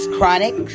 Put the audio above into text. Chronic